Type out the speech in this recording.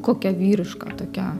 kokia vyriška tokia